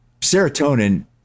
serotonin